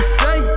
say